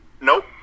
Nope